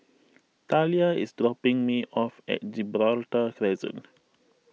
Talia is dropping me off at Gibraltar Crescent